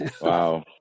Wow